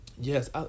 Yes